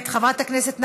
חברת הכנסת לאה פדידה,